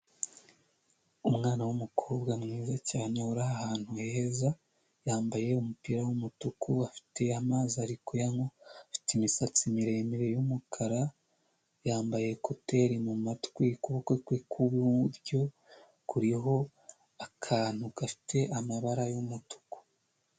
Umwana w'umukobwa mwiza cyane uri ahantu heza, yambaye umupira w'umutuku afite amazi ari ku yanywa, afite imisatsi miremire y'umukara yambaye koteri mu matwi ukuboko kwe kw'iburyo kuriho akantu gafite amabara y'umutuku.